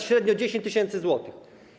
Średnio 10 tys. zł.